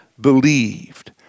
believed